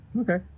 Okay